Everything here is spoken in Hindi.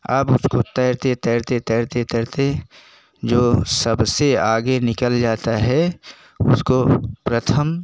अब उसको तैरते तैरते तैरते तैरते जो सबसे आगे निकल जाता है उसको प्रथम